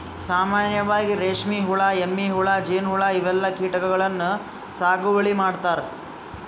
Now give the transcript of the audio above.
ಸಾಮಾನ್ಯವಾಗ್ ರೇಶ್ಮಿ ಹುಳಾ, ಎಮ್ಮಿ ಹುಳಾ, ಜೇನ್ಹುಳಾ ಇವೆಲ್ಲಾ ಕೀಟಗಳನ್ನ್ ಸಾಗುವಳಿ ಮಾಡ್ತಾರಾ